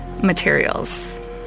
Materials